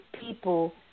people